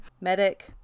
medic